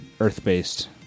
Earth-based